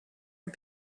and